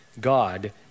God